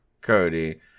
Cody